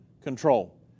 control